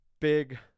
big